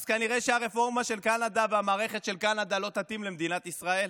אז כנראה שהרפורמה של קנדה והמערכת של קנדה לא תתאים למדינת ישראל.